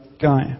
guy